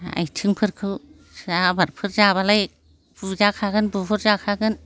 आथिंफोरखौ आबादफोरखौ जाबालाय बुजाखागोन बुहरजाखागोन